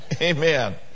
Amen